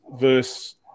verse